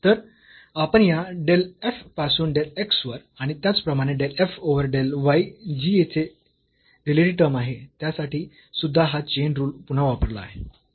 तर आपण या डेल f पासून डेल x वर आणि त्याचप्रमाणे del f over del y जी येथे दिलेली टर्म आहे त्यासाठी सुद्धा हा चेन रुल पुन्हा वापरला आहे